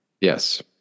Yes